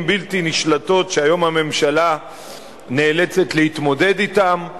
בלתי נשלטות שהיום הממשלה נאלצת להתמודד אתן.